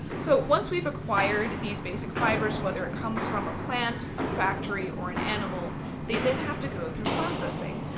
so once we've acquired these basic fibres whether it comes from a plant, a factory or an animal they then have to go through processing.